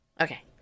Okay